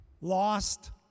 Lost